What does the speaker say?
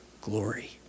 glory